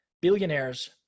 billionaires